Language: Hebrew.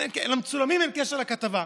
למצולמים אין קשר לכתבה.